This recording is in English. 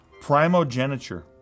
Primogeniture